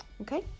Okay